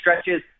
stretches